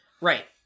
Right